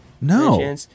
No